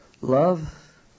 love